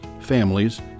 families